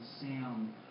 sound